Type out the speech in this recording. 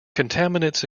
contaminants